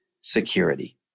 security